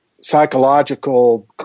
psychological